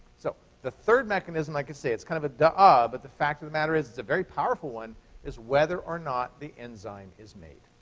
so the third mechanism, i could say, it's kind of a duh. ah but the fact of the matter is it's a very powerful one is whether or not the enzyme is made.